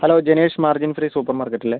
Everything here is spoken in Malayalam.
hello Jenesh margin free super മാർക്കറ്റല്ലേ